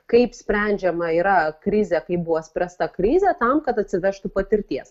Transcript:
kaip sprendžiama yra krizė kaip buvo spręsta krizė tam kad atsivežtų patirties